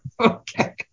Okay